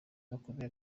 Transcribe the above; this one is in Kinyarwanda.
bakomeye